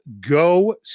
go